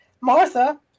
Martha